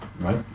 Right